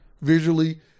Visually